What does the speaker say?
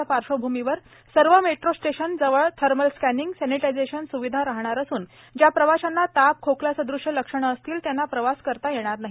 करोनाच्या पार्श्वभूमीवर सर्व मेट्रोस्टेशन जवळ थर्मल स्कॅनिंग सॅनेटाईजेशन स्विधा राहणार असून ज्या प्रवाशांना ताप खोकला सदृश्य लक्षण असतील त्यांना प्रवास करता येणार नाही